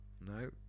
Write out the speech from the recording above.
No